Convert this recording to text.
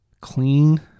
clean